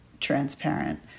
transparent